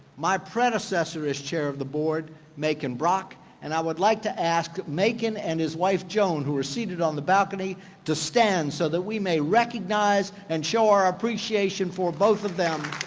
my predecessor as chair of the board megan brock and i would like to ask megan and his wife joan who are seated on the balcony to stand so that we may recognize and show our appreciation for both of them.